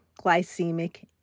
glycemic